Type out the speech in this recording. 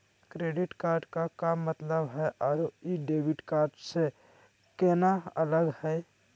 Credit card के का मतलब हई अरू ई डेबिट कार्ड स केना अलग हई?